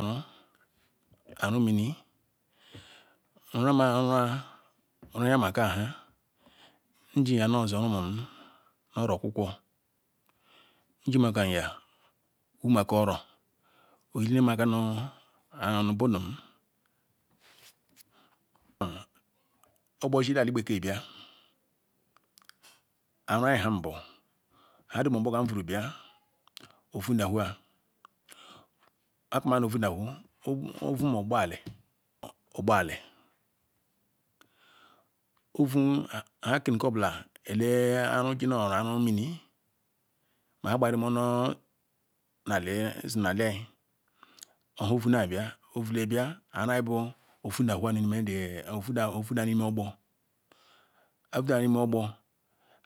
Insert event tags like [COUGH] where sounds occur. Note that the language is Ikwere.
[UNINTELLIGIBLE] arumim urunama ruk rahiamakha mjimga nozu rumum nu oro okwukwo njimakomya wumaker oro onyiemaka wumaker oro onyinemaka nu budem-nok ogbor zile alibeke bla-kwyi era lem bu nha ogbor kiya vuru bia ouu dohoa hekim anovudohoa le tinu ora eru mim ma n ha bayini monor zi nu ci ouu nnebia ouch bih erua bu ouuda nu reihe ogbor auudara nu reme ogbor